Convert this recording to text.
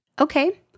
Okay